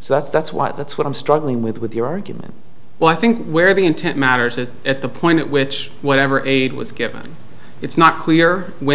so that's that's what that's what i'm struggling with with the argument well i think where the intent matters is at the point at which whatever aid was given it's not clear when